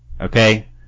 okay